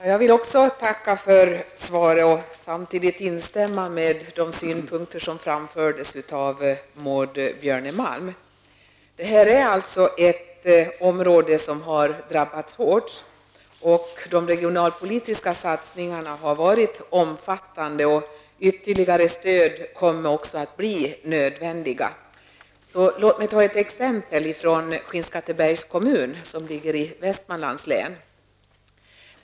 Herr talman! Jag vill också tacka för svaret och samtidigt instämma i de synpunkter som framförts av Maud Björnemalm. Det här är alltså ett område som har drabbats hårt, och de regionalpolitiska satsningarna har varit omfattande, och ytterligare stöd kommer också att bli nödvändigt. Låt mig nämna ett exempel från Skinnskattebergs kommun som ligger i Västmanlands län.